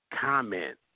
comment